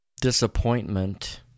disappointment